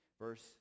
Verse